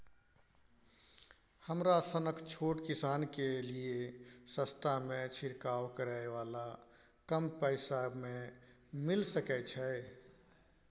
हमरा सनक छोट किसान के लिए सस्ता में छिरकाव करै वाला कम पैसा में मिल सकै छै?